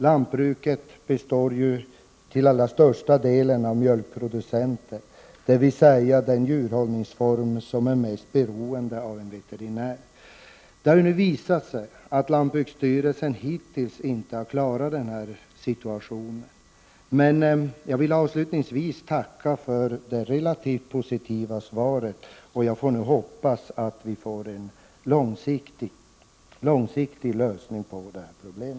Lantbruket består ju till allra största delen av mjölkproducenter. Det rör sig alltså om den djurhållningsform som är mest beroende av en veterinär. Det har visat sig att lantbruksstyrelsen hittills inte har klarat denna situation. Jag vill avslutningsvis tacka för det relativt positiva svaret. Jag hoppas att vi får en långsiktig lösning på detta problem.